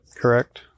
correct